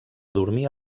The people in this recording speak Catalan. dormia